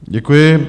Děkuji.